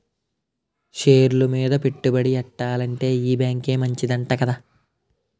షేర్లు మీద పెట్టుబడి ఎట్టాలంటే ఈ బేంకే మంచిదంట కదా